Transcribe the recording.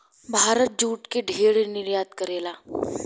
Bharat jute के ढेर निर्यात करेला